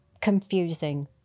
confusing